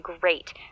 great